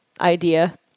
idea